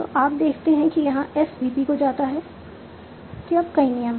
तो आप देखते हैं कि यहाँ S VP को जाता है के अब कई नियम हैं